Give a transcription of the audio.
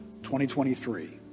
2023